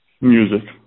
music